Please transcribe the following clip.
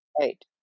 Right